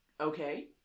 Okay